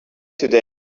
today